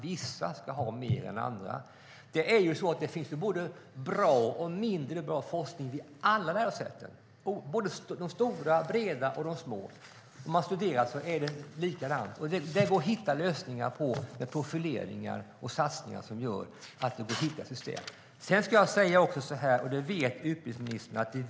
Vissa ska ha mer än andra. I själva verket finns det både bra och mindre bra forskning vid alla lärosäten, vid både de stora breda och de små. Det är likadant med studier. Det går att hitta lösningar med profileringar och satsningar. Det går att hitta ett system för detta.